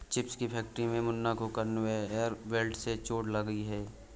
chips की factory में मुन्ना को कन्वेयर बेल्ट से चोट लगी है